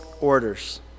orders